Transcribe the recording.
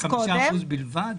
5% בלבד?